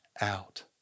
out